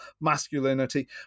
masculinity